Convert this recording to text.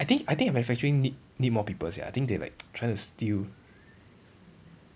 I think I think the manufacturing need need more people sia I think they like trying to steal